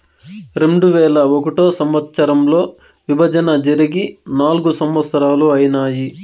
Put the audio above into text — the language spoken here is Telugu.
రెండువేల ఒకటో సంవచ్చరంలో విభజన జరిగి నాల్గు సంవత్సరాలు ఐనాయి